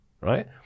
right